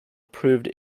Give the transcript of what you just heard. proved